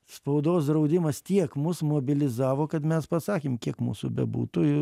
spaudos draudimas tiek mus mobilizavo kad mes pasakėm kiek mūsų bebūtų